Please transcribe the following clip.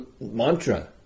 mantra